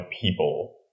people